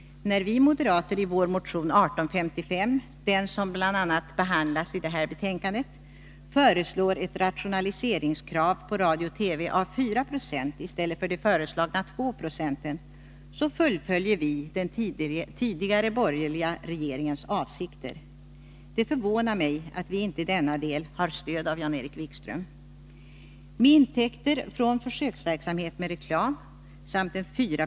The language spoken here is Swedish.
När vi moderater i vår motion 1855, den som bl.a. behandlas i detta betänkande, föreslår ett rationaliseringskrav på radio och TV om 4 i stället för föreslagna 2 96, fullföljer vi den tidigare borgerliga regeringens avsikter. Det förvånar mig att vi i denna del inte har stöd av Jan-Erik Wikström.